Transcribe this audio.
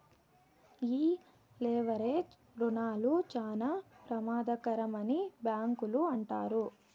ఈ లెవరేజ్ రుణాలు చాలా ప్రమాదకరమని బ్యాంకులు అంటారు